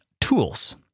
tools